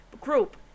Group